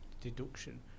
deduction